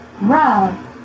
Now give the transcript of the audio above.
round